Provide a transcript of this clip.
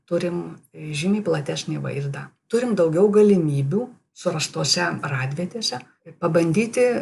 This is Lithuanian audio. turim žymiai platesnį vaizdą turim daugiau galimybių surastuose radvietėse i pabandyti